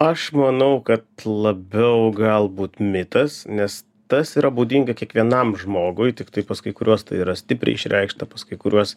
aš manau kad labiau galbūt mitas nes tas yra būdinga kiekvienam žmogui tiktai pas kai kuriuos tai yra stipriai išreikšta pas kai kuriuos